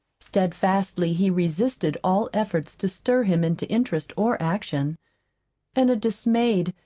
steadfastly he resisted all efforts to stir him into interest or action and a dismayed,